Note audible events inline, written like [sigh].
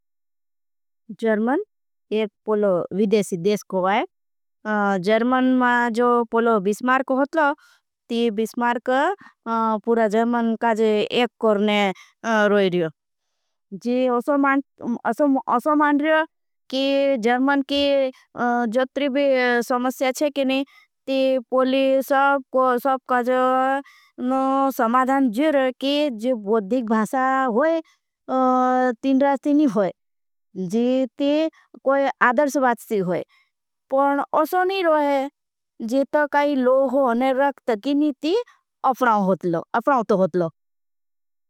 जर्मन एक पोलो विदेशी देश को बाये जर्मन मां जो पोलो। विश्मार को होतलो ती विश्मार का पूरा जर्मन काजे। एक करने रोई रियो [hesitation] अशो मां जर्मन की। जट्रिवी समस्य थे किनी पूली सब काजे। [hesitation] समाधान जिर की बुद्धिक भासा होई [hesitation] तीन। रास्तिनी होई जी ती कोई आदर्श बास्ति होई पण अशो नहीं रोहे। जी ता काई लोग हो होने रखता किनी ती अफ़राउतो होतलो।